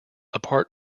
apart